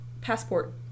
passport